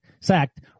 sacked